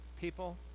people